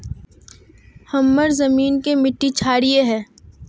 हमार जमीन की मिट्टी क्षारीय है?